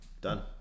done